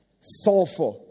sulfur